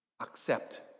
accept